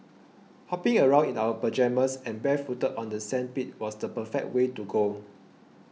hopping around in our pyjamas and barefooted on the sandpit was the perfect way to go